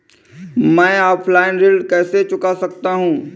मैं ऑफलाइन ऋण कैसे चुका सकता हूँ?